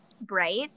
bright